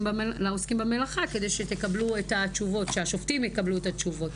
במלאכה כדי שהשופטים יקבלו את התשובות.